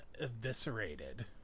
eviscerated